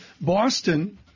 Boston –